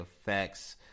effects